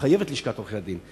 שמחייב את לשכת עורכי-הדין.